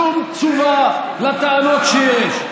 שום תשובה על הטענות שיש.